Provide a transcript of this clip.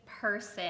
person